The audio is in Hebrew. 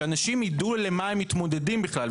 שאנשים יידעו על מה הם מתמודדים בכלל,